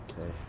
Okay